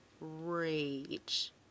rage